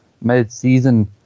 mid-season